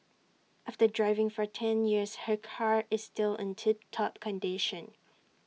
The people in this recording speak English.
after driving for ten years her car is still on tip top condition